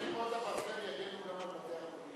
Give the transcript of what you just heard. "כיפת הברזל" יגנו גם על בתי-החולים.